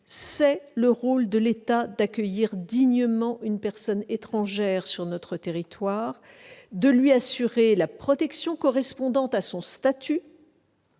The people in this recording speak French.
C'est le rôle de l'État d'accueillir dignement une personne étrangère sur notre territoire, de lui assurer la protection correspondant à son statut,